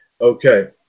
okay